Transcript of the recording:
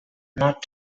not